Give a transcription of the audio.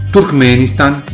Turkmenistan